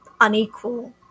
unequal